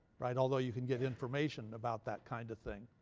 right? although you can get information about that kind of thing.